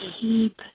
keep